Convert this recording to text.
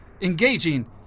engaging